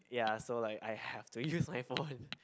ya so like I have to use my phone